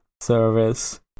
service